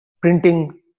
printing